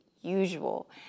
usual